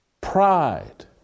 Pride